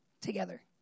together